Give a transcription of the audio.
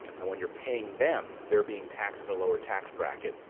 and when you're paying them, they're being taxed at a lower tax bracket.